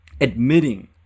Admitting